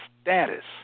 status